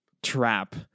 trap